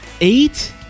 Eight